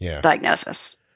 diagnosis